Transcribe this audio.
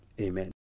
Amen